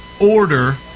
order